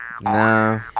No